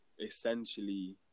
essentially